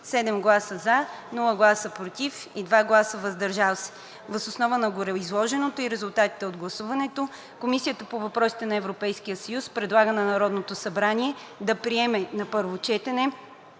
7 гласа „за“, без „против“ и 2 гласа „въздържал се“. Въз основа на гореизложеното и резултатите от гласуването Комисията по въпросите на Европейския съюз предлага на Народното събрание да приеме на първо